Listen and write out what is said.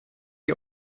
die